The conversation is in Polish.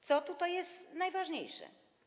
Co tutaj jest najważniejsze?